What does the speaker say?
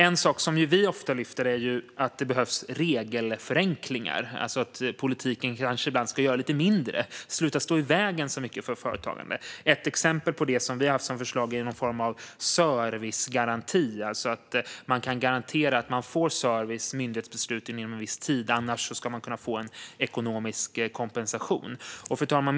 En sak som vi ofta lyfter är att det behövs regelförenklingar, alltså att politiken kanske ibland ska göra lite mindre och sluta stå i vägen så mycket för företagandet. Ett exempel på det, som vi har haft som förslag, är någon form av servicegaranti. Det innebär att man kan garantera att företagen får service och myndighetsbeslut inom en viss tid; annars ska de kunna få en ekonomisk kompensation. Fru talman!